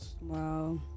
Wow